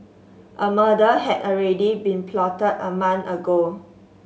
a murder had already been plotted a month ago